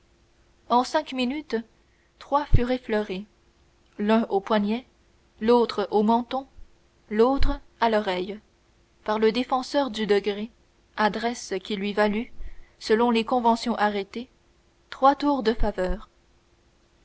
en cinq minutes trois furent effleurés l'un au poignet l'autre au menton l'autre à l'oreille par le défenseur du degré qui luimême ne fut pas atteint adresse qui lui valut selon les conventions arrêtées trois tours de faveur